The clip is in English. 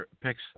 picks